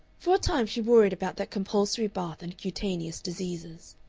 for a time she worried about that compulsory bath and cutaneous diseases.